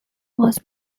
was